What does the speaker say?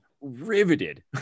riveted